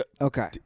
Okay